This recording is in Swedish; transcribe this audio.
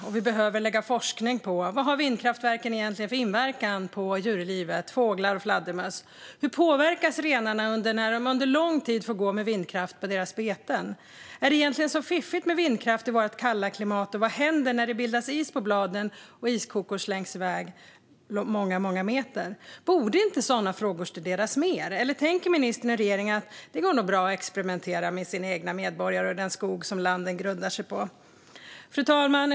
Men behöver lägga forskning på vad vindkraftverken egentligen har för inverkan på djurlivet, på fåglar och fladdermöss. Hur påverkas renarna när de under lång tid får gå på beten där det finns vindkraft? Är det egentligen så fiffigt med vindkraft i vårt kalla klimat, och vad händer när det bildas is på bladen och iskokor slängs i väg många meter? Borde inte sådana frågor studeras mer, eller tänker ministern och regeringen att det nog går bra att experimentera med sina egna medborgare och den skog som landet grundar sig på? Fru talman!